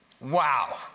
wow